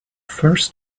first